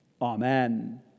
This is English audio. Amen